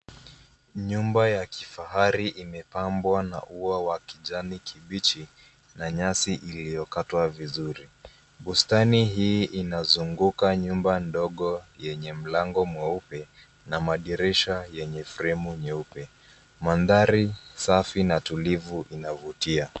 Nyumba ya kifahari imepambwa na ua wa kijani kibichi na nyasi iliyokatwa vizuri .Bustani hii inazuguka nyumba ndogo yenye mlango mweupe na madirisha yenye fremu nyeupe. Mandhari safi na tulivu inavutia.